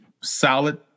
solid